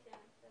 ונתחדשה